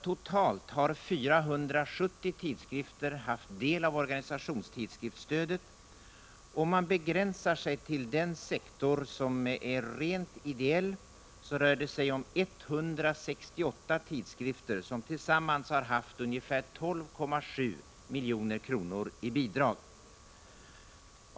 Totalt har 470 tidskrifter haft del av organisationstidskriftsstödet. Om man begränsar sig till den sektor som är rent ideell, så rör det sig om 168 tidskrifter, som tillsammans har haft ungefär 12,7 milj.kr. i bidrag.